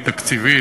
היא תקציבית,